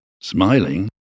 smiling